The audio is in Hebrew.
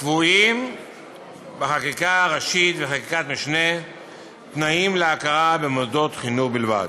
קבועים בחקיקה ראשית וחקיקת משנה תנאים להכרה במוסדות חינוך בלבד,